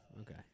Okay